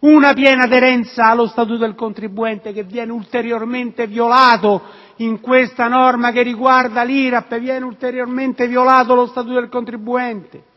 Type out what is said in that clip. una piena aderenza allo Statuto del contribuente, che viene ulteriormente violato in questa norma che riguarda il cuneo fiscale per banche e